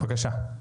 בבקשה.